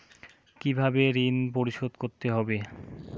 কিভাবে ঋণ পরিশোধ করতে হবে?